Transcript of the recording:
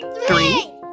Three